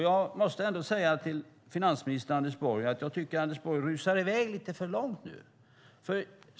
Jag måste säga till finansminister Anders Borg att jag tycker att han nu rusar i väg lite för långt.